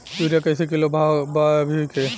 Urea कइसे kilo बा भाव अभी के?